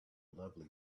lovely